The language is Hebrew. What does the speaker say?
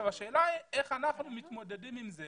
השאלה היא איך אנחנו מתמודדים עם זה